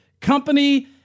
company